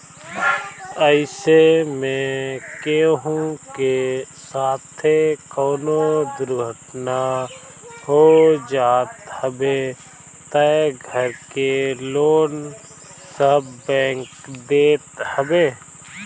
अइसे में केहू के साथे कवनो दुर्घटना हो जात हवे तअ घर के लोन सब बैंक देत हवे